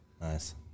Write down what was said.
Nice